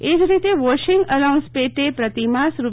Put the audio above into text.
એજ રીતે washing allowance પેટે પ્રતિમાસ રૂ